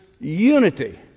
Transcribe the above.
unity